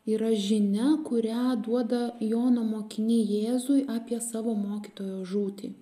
yra žinia kurią duoda jono mokiniai jėzui apie savo mokytojo žūtį